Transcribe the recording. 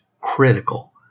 critical